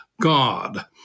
God